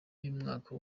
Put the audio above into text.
y’umwaka